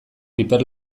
piper